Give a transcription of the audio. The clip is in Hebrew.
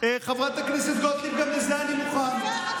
חברת הכנסת גוטליב, גם לזה אני מוכן.